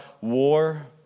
war